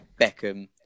Beckham